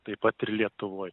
taip pat ir lietuvoj